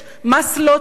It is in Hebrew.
מס לא צודק.